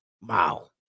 Wow